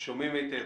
שומעים היטב.